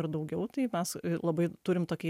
ir daugiau tai mes labai turim tokią